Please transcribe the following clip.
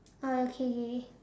oh okay okay